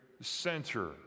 center